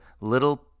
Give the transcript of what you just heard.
little